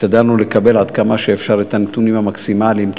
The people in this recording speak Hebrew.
והשתדלנו לקבל עד כמה שאפשר את הנתונים המקסימליים,